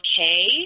okay